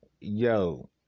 Yo